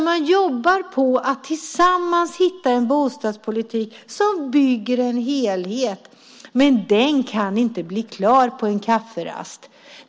Man jobbar på att tillsammans hitta en bostadspolitik som bygger en helhet. Men den kan inte bli klar på en kafferast.